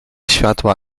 światła